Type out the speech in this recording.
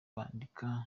bandika